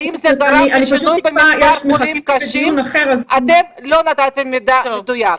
שאלתי, ואתם לא נתתם מידע מדויק.